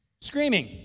screaming